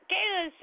Kayla